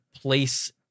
place